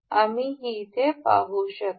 आम्ही येथे पाहू शकतो